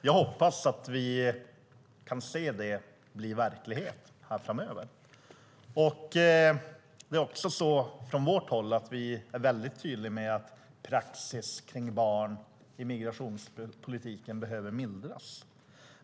Jag hoppas att vi kan se det bli verklighet framöver. Det är också så från vårt håll att vi är väldigt tydliga med att praxis kring barn i migrationspolitiken behöver mildras.